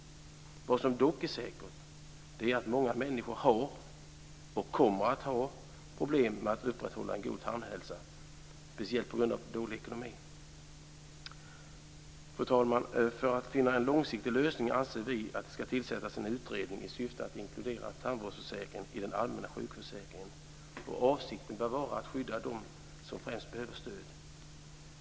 Vad som dock är säkert är att många människor har och kommer att ha problem med att upprätthålla en god tandhälsa, speciellt på grund av dålig ekonomi. Fru talman! För att finna en långsiktig lösning anser vi att det ska tillsättas en utredning i syfte att inkludera tandvårdsförsäkringen i den allmänna sjukförsäkringen. Avsikten bör vara att skydda dem som främst behöver stöd.